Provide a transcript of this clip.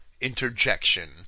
interjection